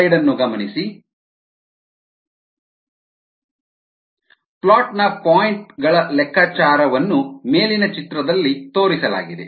float ನ point ಗಳ ಲೆಕ್ಕಾಚಾರವನ್ನು ಮೇಲಿನ ಚಿತ್ರದಲ್ಲಿ ತೋರಿಸಲಾಗಿದೆ